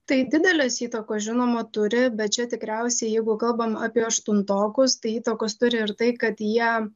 tai didelės įtakos žinoma turi bet čia tikriausiai jeigu kalbam apie aštuntokus tai įtakos turi ir tai kad jie